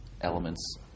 elements